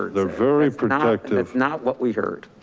they're very protective it's not what we heard.